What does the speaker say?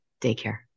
daycare